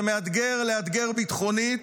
זה מאתגר לאתגר ביטחונית,